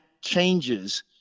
changes